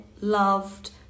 loved